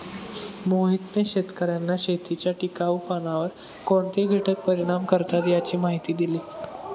मोहितने शेतकर्यांना शेतीच्या टिकाऊपणावर कोणते घटक परिणाम करतात याची माहिती दिली